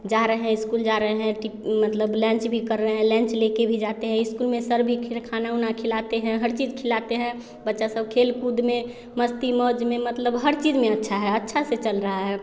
जा रहे हैं इस्कूल जा रहे हैं टिक मतलब लंच भी कर रहे हैं लंच लेकर भी जाते हैं इस्कूल में सर भी खीर खाना उना खिलाते हैं हर चीज़ खिलाते हैं बच्चा सब खेल कूद में मस्ती मौज में मतलब हर चीज़ में अच्छा है अच्छा से चल रहा है